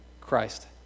Christ